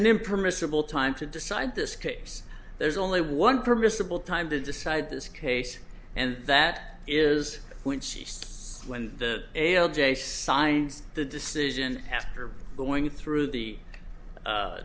an impermissible time to decide this case there's only one permissible time to decide this case and that is when she's when the ale j signs the decision after going through the